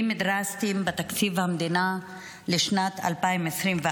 דרסטיים בתקציב המדינה לשנת 2024,